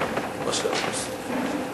דוד אזולאי.